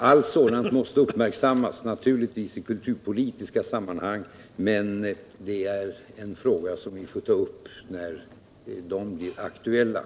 Allt sådant måste naturligtvis uppmärksammas i kulturpolitiska sammanhang, men det är en fråga som vi får ta upp när det blir aktuellt.